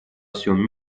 всем